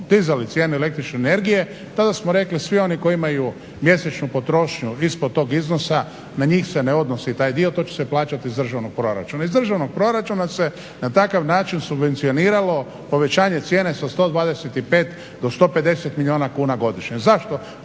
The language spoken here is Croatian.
dizali cijene električne energije tada smo rekli svi oni koji imaju mjesečnu potrošnju ispod tog iznosa na njih se ne odnosi taj dio to će se plaćati iz državnog proračuna. Iz državnog proračuna se na takav način subvencioniralo povećanje cijene sa 125 do 150 milijuna kuna godišnje. Zašto